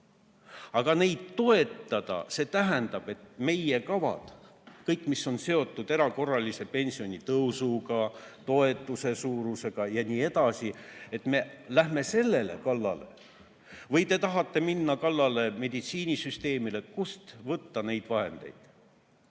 Aga neid toetada tähendab, et kõik meie kavad, kõik, mis on seotud erakorralise pensionitõusuga, toetuse suurusega ja nii edasi – me lähme nende kallale. Või te tahate minna kallale meditsiinisüsteemile? Kust võtta neid vahendeid?